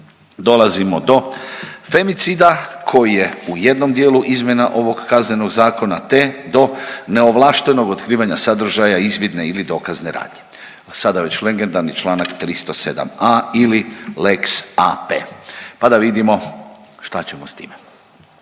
Dolazimo do femicida koji je u jednom dijelu izmjena ovog Kaznenog zakona te do neovlaštenog otkrivanja sadržaja izvidne ili dokazne radnje, a sada već legendarni Članak 307a. ili lex AP, pa da vidimo šta ćemo s time.